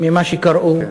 ממה שקראו